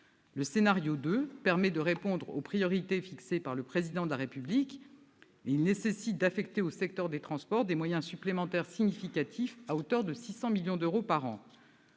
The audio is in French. Le scénario n° 2 permet de répondre aux priorités fixées par le Président de la République et nécessite d'affecter au secteur des transports des moyens supplémentaires significatifs, à hauteur de 600 millions d'euros par an.